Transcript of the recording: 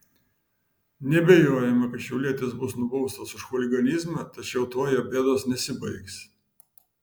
neabejojama kad šiaulietis bus nubaustas už chuliganizmą tačiau tuo jo bėdos nesibaigs